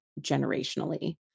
generationally